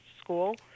school